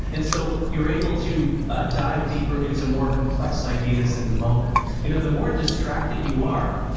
and so you're able to dive deeper into more complex ideas in the moment you know the more distracted you are,